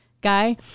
guy